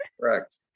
Correct